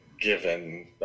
given